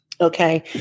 Okay